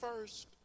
first